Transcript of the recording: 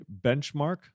benchmark